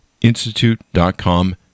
Institute.com